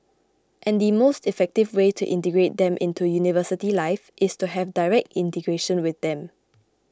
and the most effective way to integrate them into university life is to have direct integration with them